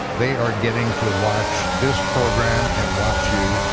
they are getting to watch this program and watch you,